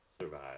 survive